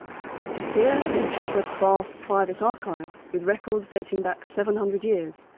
here, in petworth's vast private archive, with records dating back seven hundred years,